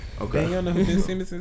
Okay